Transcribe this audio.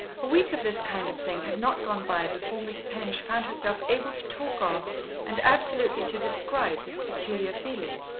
a week of this kind of thing had not gone by before miss penge found herself able to talk of and absolutely to describe this peculiar feeling,